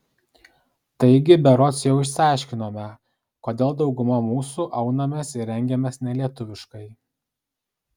taigi berods jau išsiaiškinome kodėl dauguma mūsų aunamės ir rengiamės nelietuviškai